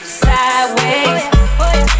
sideways